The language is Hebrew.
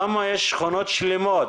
למה יש שכונות שלמות